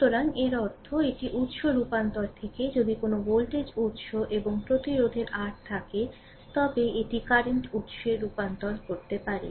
সুতরাং এর অর্থ এটি উত্স রূপান্তর থেকে যদি কোনও ভোল্টেজ উত্স এবং প্রতিরোধের r থাকে তবে এটি কারেন্ট উত্সে রূপান্তর করতে পারে